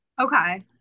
Okay